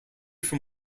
from